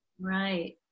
Right